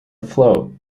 afloat